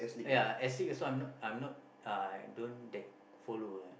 ya Asics also I am not I am not I don't that follow ah